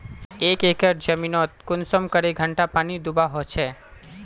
एक एकर जमीन नोत कुंसम करे घंटा पानी दुबा होचए?